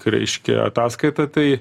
reiškia ataskaita tai